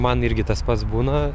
man irgi tas pats būna